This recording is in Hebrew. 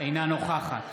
אינה נוכחת